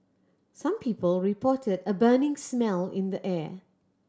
some people reported a burning smell in the air